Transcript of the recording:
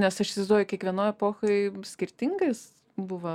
nes aš įsivaizduoju kiekvienoj epochoj skirtingas buvo